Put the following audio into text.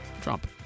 Trump